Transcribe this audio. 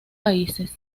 países